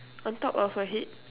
on top of her head